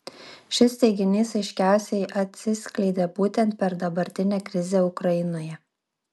šis teiginys aiškiausiai atsiskleidė būtent per dabartinę krizę ukrainoje